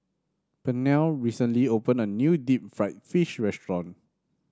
Pernell recently opened a new Deep Fried Fish restaurant